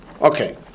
okay